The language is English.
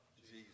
Jesus